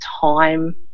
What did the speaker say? time